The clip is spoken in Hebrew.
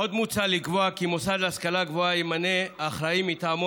עוד מוצע לקבוע כי מוסד להשכלה גבוהה ימנה אחראי מטעמו